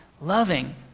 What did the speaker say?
loving